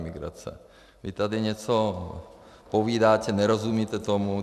Vy tady něco povídáte, nerozumíte tomu.